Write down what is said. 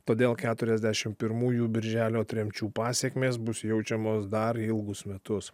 todėl keturiasdešim pirmųjų birželio tremčių pasekmės bus jaučiamos dar ilgus metus